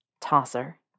Tosser